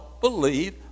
believe